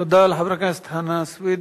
תודה לחבר הכנסת חנא סוייד.